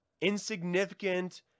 insignificant